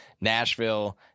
Nashville